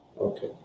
Okay